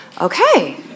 Okay